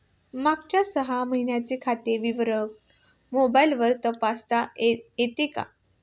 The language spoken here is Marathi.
मागच्या सहा महिन्यांचे खाते विवरण मोबाइलवर तपासता येईल का?